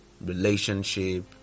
relationship